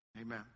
Amen